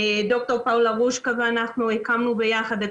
ד"ר פאולה רושקה ואנחנו הקמנו ביחד את